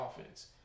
offense